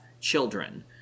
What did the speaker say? children